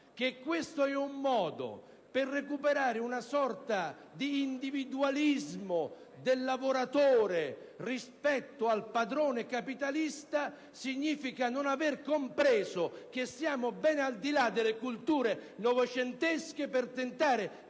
che è solo un modo per recuperare una sorta di individualismo del lavoratore rispetto al padrone capitalista significa non aver compreso che siamo ben al di là delle culture novecentesche, nel tentativo